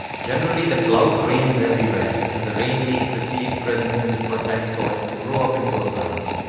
generally, the cloud rains everywhere and the rain makes the seed present in fertile soil to grow up into a plant.